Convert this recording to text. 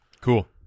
Cool